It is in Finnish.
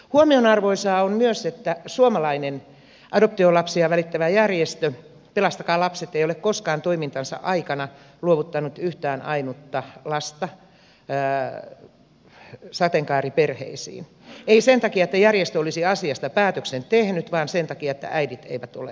huomionarvoista on myös että suomalainen adoptiolapsia välittävä järjestö pelastakaa lapset ei ole koskaan toimintansa aikana luovuttanut yhtään ainutta lasta sateenkaariperheisiin ei sen takia että järjestö olisi asiasta päätöksen tehnyt vaan sen takia että äidit eivät ole halunneet